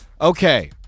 Okay